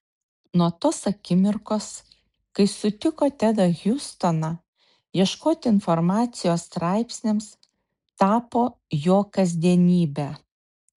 nuo tos akimirkos kai sutiko tedą hjustoną ieškoti informacijos straipsniams tapo jo kasdienybe